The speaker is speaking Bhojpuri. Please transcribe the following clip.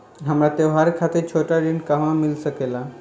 हमरा त्योहार खातिर छोटा ऋण कहवा मिल सकेला?